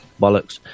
bollocks